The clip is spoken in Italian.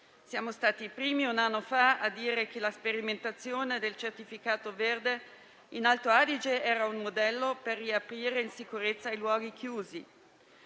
Siamo stati i primi, un anno fa, a dire che la sperimentazione del certificato verde in Alto Adige era un modello per riaprire in sicurezza i luoghi chiusi